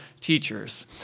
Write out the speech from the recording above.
teachers